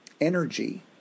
energy